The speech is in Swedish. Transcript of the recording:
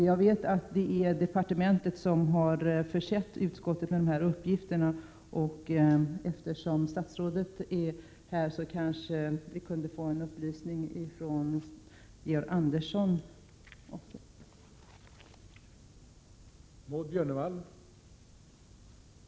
Jag vet att det är departementet som har försett utskottet med dessa uppgifter, och eftersom statsrådet är här kanske vi kunde få en upplysning av Georg Andersson också.